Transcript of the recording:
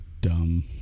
dumb